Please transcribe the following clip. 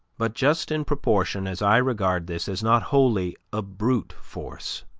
but just in proportion as i regard this as not wholly a brute force,